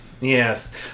Yes